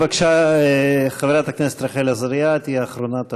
בבקשה, חברת הכנסת רחל עזריה תהיה אחרונת השואלים.